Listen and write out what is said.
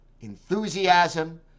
enthusiasm